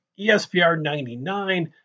ESPR99